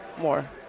more